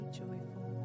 joyful